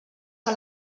que